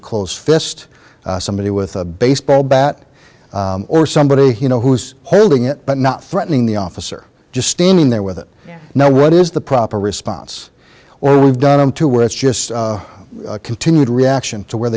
a close fist somebody with a baseball bat or somebody you know who's holding it but not threatening the officer just standing there with it know what is the proper response or we've done them to where it's just continued reaction to where